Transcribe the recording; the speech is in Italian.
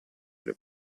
per